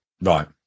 Right